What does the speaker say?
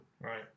Right